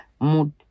mood